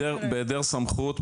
בהיעדר סמכות,